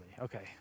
Okay